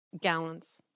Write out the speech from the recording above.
Gallons